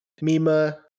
Mima